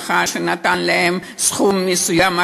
שנתן להם סכום מסוים,